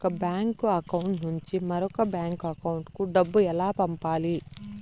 ఒక bank account నుంచి మరొక బ్యాంకు అకౌంట్ కు డబ్బు ఎలా పంపాలి